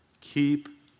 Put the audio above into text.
Keep